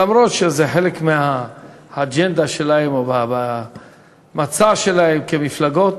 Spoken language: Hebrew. אף שזה חלק מהאג'נדה שלהם או במצע שלהם כמפלגות.